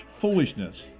foolishness